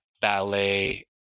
ballet